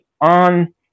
on